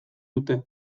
dute